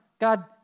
God